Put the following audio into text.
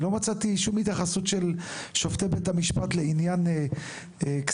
אני לא מצאתי שום התייחסות של שופטי בית המשפט לעניין כספים,